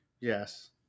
yes